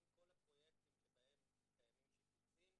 כל הפרויקטים שבהם קיימים שיפוצים,